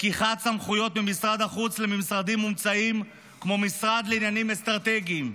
לקיחת סמכויות ממשרד החוץ למשרדים מומצאים כמו משרד לעניינים אסטרטגיים,